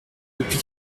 depuis